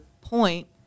point